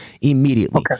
immediately